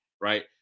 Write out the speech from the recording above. Right